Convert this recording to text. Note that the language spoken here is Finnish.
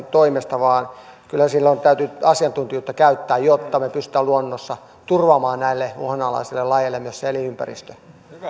toimesta kyllä silloin täytyy asiantuntijoita käyttää jotta me pystymme luonnossa turvaamaan näille uhanalaisille lajeille myös sen elinympäristön